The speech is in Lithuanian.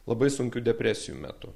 labai sunkių depresijų metu